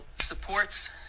supports